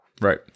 Right